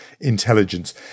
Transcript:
Intelligence